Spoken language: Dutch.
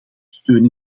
steun